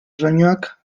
soinuak